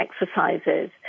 exercises